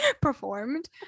performed